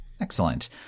Excellent